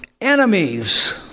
enemies